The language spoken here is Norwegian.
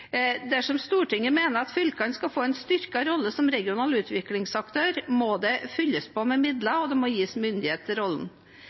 Dersom Stortinget mener at fylkene skal få en styrket rolle som regional utviklingsaktør, må det fylles på med